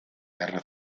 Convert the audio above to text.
guerra